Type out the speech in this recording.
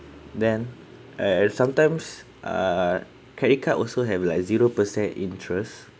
then uh and sometimes uh credit card also have like zero percent interest